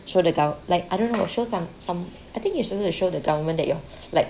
show the gov~ like I don't know show some some I think you should show the government that you're like